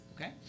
okay